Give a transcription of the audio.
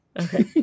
Okay